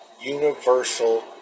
universal